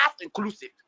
inclusive